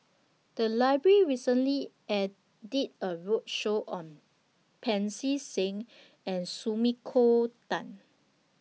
The Library recently did A roadshow on Pancy Seng and Sumiko Tan